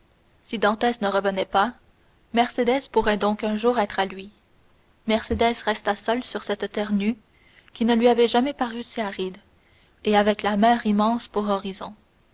ne revenait pas mercédès pourrait donc un jour être à lui mercédès resta seule sur cette terre nue qui ne lui avait jamais paru si aride et avec la mer immense pour horizon